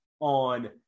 on